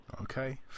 Okay